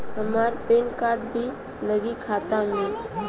हमार PAN card भी लगी खाता में?